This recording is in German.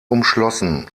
umschlossen